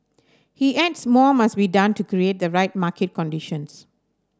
he adds more must be done to create the right market conditions